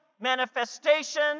manifestation